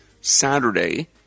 Saturday